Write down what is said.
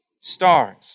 stars